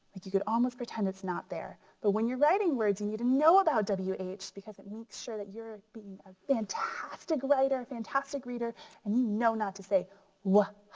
like you could almost pretend it's not there. but when you're writing words you need to know about w h because it makes sure that you're being a fantastic writer, a fantastic reader and you know not to say wuh-huh-isker.